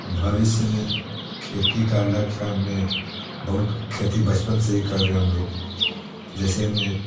भविष्य में खेती का लक्ष्य हमने बहुत खेती बचपन से ही कर रहे हैं हम लोग जैसे में